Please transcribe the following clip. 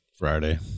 Friday